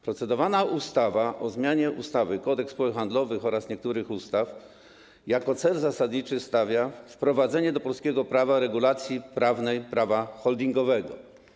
Procedowana ustawa o zmianie ustawy - Kodeks spółek handlowych oraz niektórych innych ustaw jako cel zasadniczy stawia wprowadzenie do polskiego prawa regulacji prawnej prawa holdingowego.